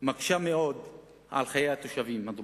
מקשה מאוד את חיי התושבים הדרוזים,